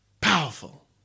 Powerful